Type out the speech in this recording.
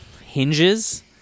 hinges